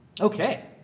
Okay